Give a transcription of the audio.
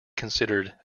considered